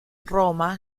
roma